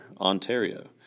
Ontario